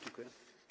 Dziękuję.